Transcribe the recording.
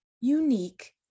unique